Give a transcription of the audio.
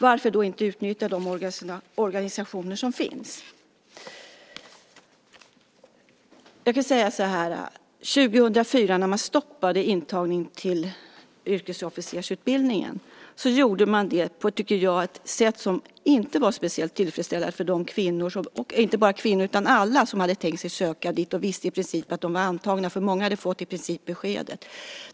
Varför då inte utnyttja de organisationer som finns? När man 2004 stoppade intagningen till yrkesofficersutbildningen gjorde man det på ett sätt som, tycker jag, inte var speciellt tillfredsställande för de kvinnor och inte bara kvinnor utan alla som hade tänkt sig söka dit och visste att de i princip var antagna, för många hade i princip fått beskedet.